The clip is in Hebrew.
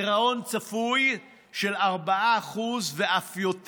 גירעון צפוי של 4% ואף יותר.